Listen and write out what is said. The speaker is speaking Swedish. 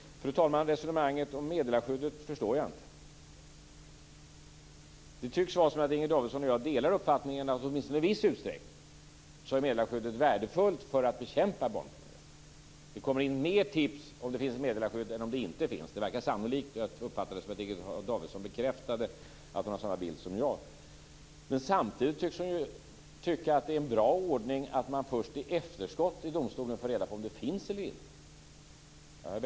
Fru talman! Resonemanget om meddelarskyddet förstår jag inte. Det tycks vara så att Inger Davidson och jag åtminstone i viss utsträckning delar uppfattningen att meddelarskyddet är värdefullt i bekämpningen av barnpornografi. Det kommer in fler tips om det finns meddelarskydd än om det inte finns något sådant. Det verkar sannolikt. Jag uppfattade att Inger Davidson bekräftade att hon har samma bild som jag. Samtidigt tycker hon att det är en bra ordning att man först i efterskott i domstolen får reda på om meddelarskyddet finns eller inte.